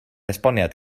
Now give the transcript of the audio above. esboniad